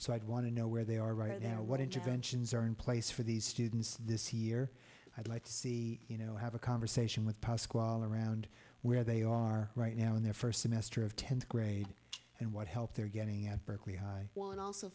so i'd want to know where they are right now what interventions are in place for these students this year i'd like to see you know have a conversation with pasqual around where they are right now in their first semester of tenth grade and what help they're getting at berkeley high